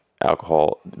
alcohol